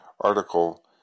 article